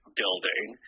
building